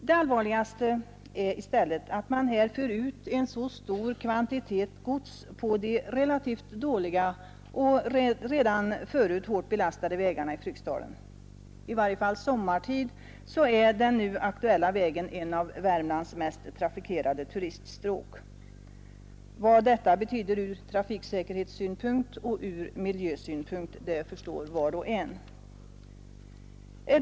Det allvarligaste är i stället att man här för ut en så stor kvantitet gods på de relativt dåliga och redan förut hårt belastade vägarna i Fryksdalen. I varje fall sommartid är den aktuella vägen en av Värmlands mest trafikerade turiststråk. Vad detta betyder ur trafiksäkerhetssynpunkt och ur miljösynpunkt förstår var och en.